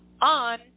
on